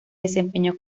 desempeñó